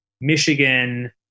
Michigan